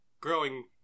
growing